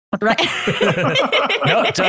Right